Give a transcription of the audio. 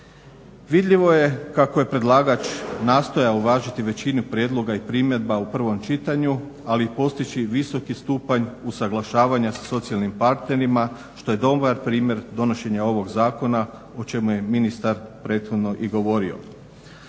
Vidljivo je kako je predlagač nastojao uvažiti većinu prijedloga i primjedbi u prvom čitanju, ali i postići visoki stupanj usuglašavanja sa socijalnim partnerima što je dobar primjer donošenja ovog zakona o čemu je ministar prethodno i govorio.